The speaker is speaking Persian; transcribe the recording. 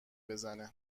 بزنه